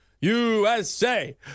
USA